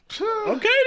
Okay